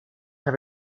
habe